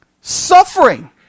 Suffering